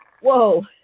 Whoa